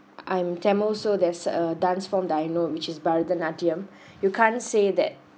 I'm tamil so there's a dance form that I know which is bharatanatyam you can't say that